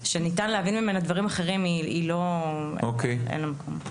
שניתן להבין ממנה דברים אחרים, אין לה מקום.